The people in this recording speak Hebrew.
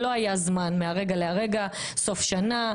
שלא היה זמן מהרגע לרגע סוף שנה,